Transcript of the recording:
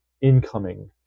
incoming